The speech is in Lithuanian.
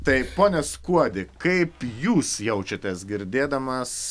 tai pone skuodi kaip jūs jaučiatės girdėdamas